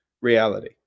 reality